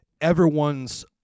Everyone's